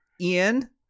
ian